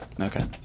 Okay